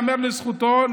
ייאמר לזכותו,